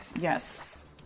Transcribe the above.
Yes